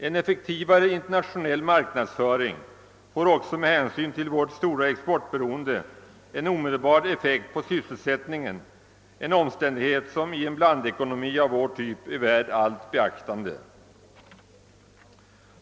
En effektivare internationell marknadsföring får också med hänsyn till vårt stora exportberoende en omedelbar effekt på sysselsättningen, en omständighet som i en blandekonomi av vår typ är värd allt beaktande.